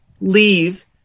leave